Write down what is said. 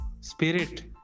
spirit